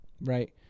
right